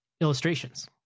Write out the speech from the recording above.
illustrations